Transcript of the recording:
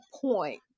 point